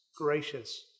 gracious